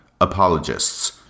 apologists